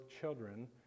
children